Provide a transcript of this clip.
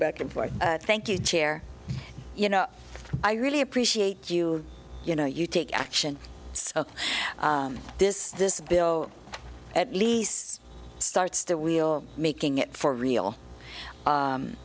back and forth thank you chair you know i really appreciate you you know you take action on this this bill at least starts that we'll making it for real